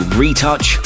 retouch